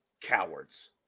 cowards